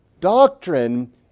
doctrine